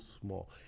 small